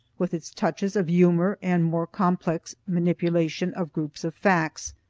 with its touches of humor and more complex manipulation of groups of facts.